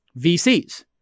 VCs